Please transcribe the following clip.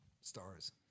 stars